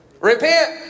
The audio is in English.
repent